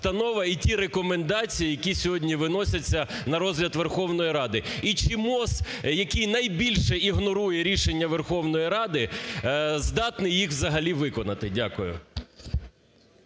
і ті рекомендації, які сьогодні виносяться на розгляд Верховної Ради, і чи МОЗ, який найбільше ігнорує рішення Верховної Ради, здатний їх взагалі виконати? Дякую.